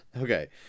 Okay